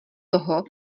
toho